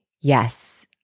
Yes